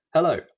Hello